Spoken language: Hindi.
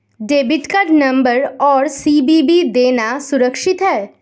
डेबिट कार्ड नंबर और सी.वी.वी देना सुरक्षित है?